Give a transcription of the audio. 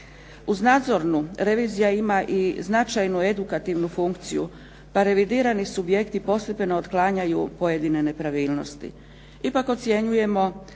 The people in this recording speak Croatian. Uz nadzornu revizija ima i značajnu edukativnu funkciju, pa revidirani subjekti postepeno otklanjaju pojedine nepravilnosti.